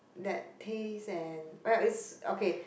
that tastes and right it's okay